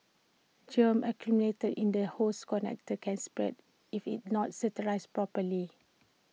germs accumulated in the hose connector can spread if IT not sterilised properly